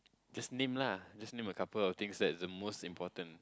just name lah just name a couple of things that is the most important